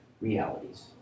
realities